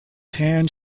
tan